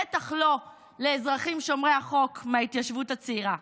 בטח לא לאזרחים שומרי החוק מההתיישבות הצעירה.